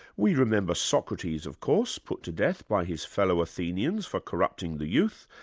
we remember socrates of course, put to death by his fellow athenians for corrupting the youth,